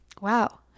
Wow